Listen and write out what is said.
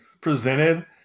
presented